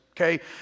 okay